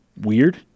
weird